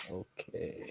okay